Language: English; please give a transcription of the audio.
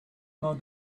know